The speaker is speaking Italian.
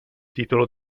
titolo